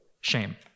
shame